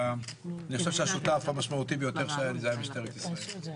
אני חושב שהשותף המשמעותי ביותר שהיה לי היה משטרת ישראל.